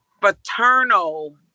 paternal